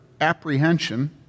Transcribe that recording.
apprehension